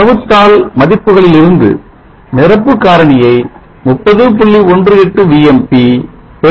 தரவுத்தாள் மதிப்புகளிலிருந்து நிரப்பு காரணியை 30